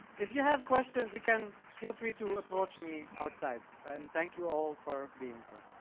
if you have questions you can feel free to approach me outside and thank you all for being here.